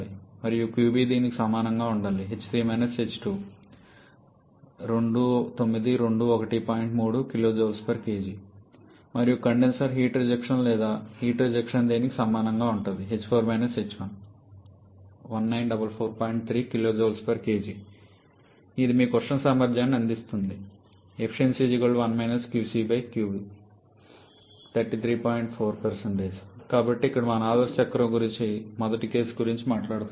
కాబట్టి మీ qB దీనికి సమానంగా ఉంటుంది మరియు కండెన్సర్ హీట్ రిజెక్షన్ లేదా హీట్ రిజెక్షన్ దీనికి సమానంగా ఉంటుంది ఇది మీకు ఉష్ణ సామర్థ్యాన్ని అందిస్తుంది కాబట్టి ఇది మనము ఆదర్శ చక్రం గురించి మొదటి కేసు గురించి మాట్లాడుతున్నాము